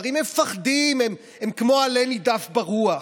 הם מפחדים, הם כמו עלה נידף ברוח.